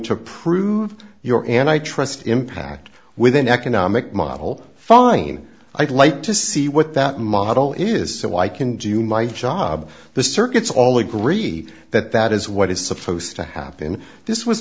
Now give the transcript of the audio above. to prove your and i trust impact with an economic model fine i'd like to see what that model is so i can do my job the circuits all agree that that is what is supposed to happen this was